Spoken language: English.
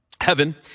heaven